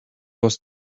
was